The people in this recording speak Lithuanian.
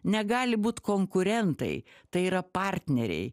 negali būt konkurentai tai yra partneriai